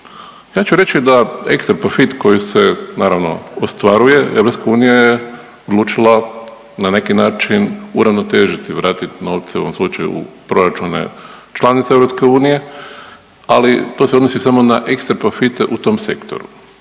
Ja ću reći da ekstra profit koji se naravno ostvaruje EU je odlučila na neki način uravnotežiti, vratit novce u ovom slučaju u proračune članica EU, ali to se odnosi samo na ekstra profite u tom sektoru.